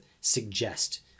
suggest